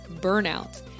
burnout